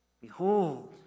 behold